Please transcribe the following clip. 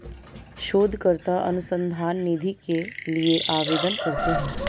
शोधकर्ता अनुसंधान निधि के लिए आवेदन करते हैं